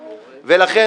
ולכן,